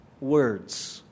words